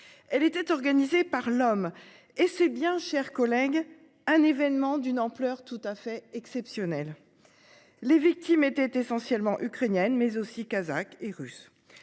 Elle était organisée par l'homme et c'est bien, chers collègues. Un événement d'une ampleur tout à fait exceptionnel. Les victimes étaient essentiellement ukrainienne mais aussi kazakh et russe.